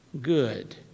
good